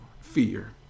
fear